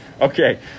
Okay